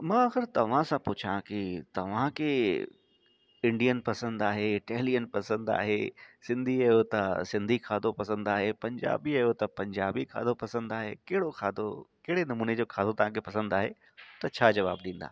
मां अगरि तव्हां सां पुछां कि तव्हां खे इंडिअन पसंदि आहे इटेलिअन पसंदि आहे सिंधी आयो त सिंधी खाधो पसंदि आहे पंजाबी आयो त पंजाबी खाधो पसंदि आहे कहिड़ो खाधो कहिड़े नमूने जो खाधो तव्हां खे पसंदि आहे त छा जवाबु ॾींदा